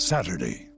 Saturday